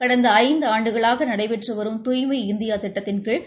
கடந்த ஐந்து ஆண்டுகளாக நடைபெற்றுவ வரும் துய்மை இநதியா திட்டத்தின் கீழ்